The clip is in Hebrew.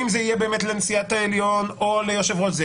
זה יהיה באמת לנשיאת העליון או ליושב ראש,